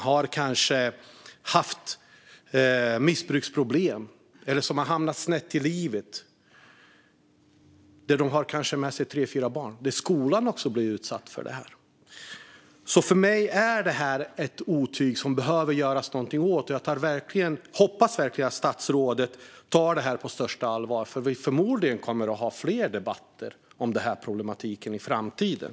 De kanske har haft missbruksproblem eller hamnat snett i livet. De har kanske med sig tre fyra barn, och då blir skolan också utsatt för det här. För mig är detta ett otyg som det behöver göras något åt. Jag hoppas verkligen att statsrådet tar detta på största allvar, för förmodligen kommer vi att ha fler debatter om det här i framtiden.